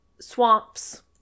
Swamps